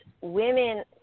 women